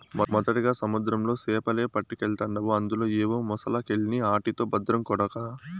మొదటగా సముద్రంలో సేపలే పట్టకెల్తాండావు అందులో ఏవో మొలసకెల్ని ఆటితో బద్రం కొడకా